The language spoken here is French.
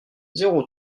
zéro